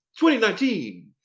2019